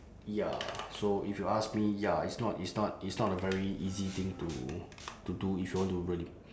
ya so if you ask me ya it's not it's not it's not a very easy thing to to do if you want to really